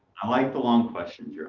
i like the long questions, your